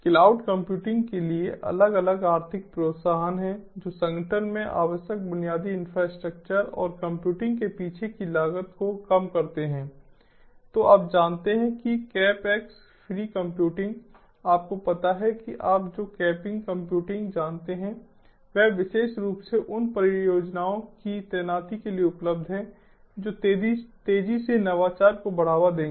cloud computing के लिए अलग अलग आर्थिक प्रोत्साहन हैं जो संगठन में आवश्यक बुनियादी इंफ्रास्ट्रक्चर और कंप्यूटिंग के पीछे की लागत को कम करते हैं तो आप जानते हैं कि कैप एक्स फ्री कंप्यूटिंग आपको पता है कि आप जो कैपिंग कंप्यूटिंग जानते हैं वह विशेष रूप से उन परियोजनाओं की तैनाती के लिए उपलब्ध है जो तेजी से नवाचार को बढ़ावा देंगे